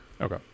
Okay